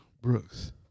Brooks